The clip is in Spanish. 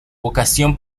vocación